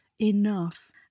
enough